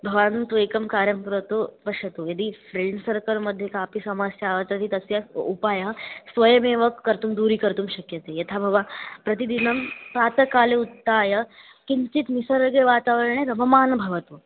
भवान् तु एकं कार्यं करोतु पश्यतु यदि फ्रेण्ड् सर्कल्मध्ये कापि समस्या आगच्छति तस्य उ उपायः स्वयमेव कर्तुं दूरीकर्तुं शक्यते यथा भवान् प्रतिदिनं प्रातःकाले उत्थाय किञ्चित् निसर्गे वातावरणे रममाणं भवतु